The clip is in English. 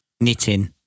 Knitting